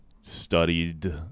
studied